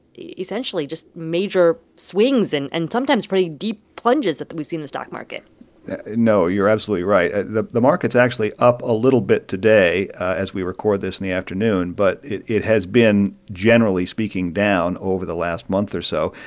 essentially, just major swings and and sometimes pretty deep plunges that we seen the stock market no, you're absolutely right. the the market's actually up a little bit today as we record this in the afternoon, but it it has been, generally speaking, down over the last month or so.